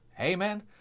Amen